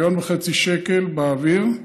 1.5 מיליון שקל באוויר,